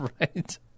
Right